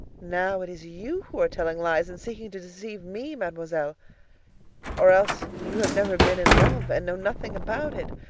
now it is you who are telling lies and seeking to deceive me, mademoiselle or else you have never been in love, and know nothing about it.